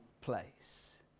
place